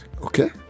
Okay